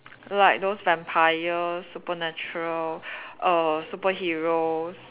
like those vampire supernatural err superheroes